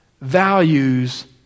values